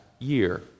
year